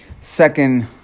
second